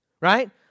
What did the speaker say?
right